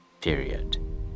Period